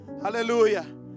Hallelujah